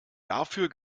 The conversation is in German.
dafür